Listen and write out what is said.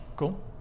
Cool